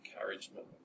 encouragement